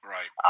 Right